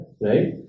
right